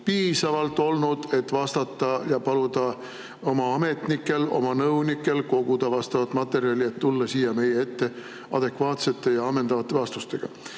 piisavalt, et vastata ja paluda oma ametnikel, oma nõunikel koguda materjali, et tulla siia meie ette adekvaatsete ja ammendavate vastustega.